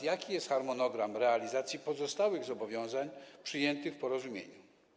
Jaki jest harmonogram realizacji pozostałych zobowiązań przyjętych w porozumieniu?